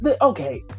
okay